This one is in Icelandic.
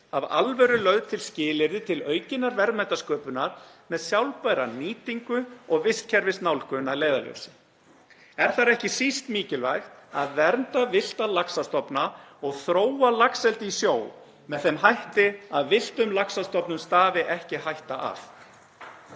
af alvöru lögð til skilyrði til aukinnar verðmætasköpunar með sjálfbæra nýtingu og vistkerfisnálgun að leiðarljósi. Er þar ekki síst mikilvægt að vernda villta laxastofna og þróa laxeldi í sjó með þeim hætti að villtum laxastofnum stafi ekki hætta af.